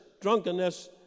drunkenness